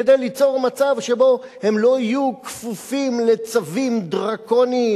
כדי ליצור מצב שבו הם לא יהיו כפופים לצווים דרקוניים